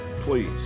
please